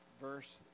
verse